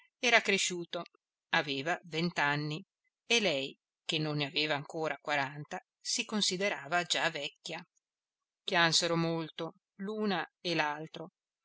era cresciuto aveva vent'anni e lei che non ne aveva ancora quaranta si considerava già vecchia piansero molto l'una e